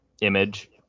image